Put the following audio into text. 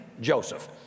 Joseph